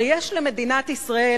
הרי יש למדינת ישראל